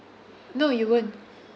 no you won't